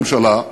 הייתה ממשלה,